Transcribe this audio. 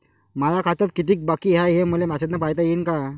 माया खात्यात कितीक बाकी हाय, हे मले मेसेजन पायता येईन का?